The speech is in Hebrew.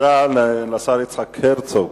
תודה לשר יצחק הרצוג.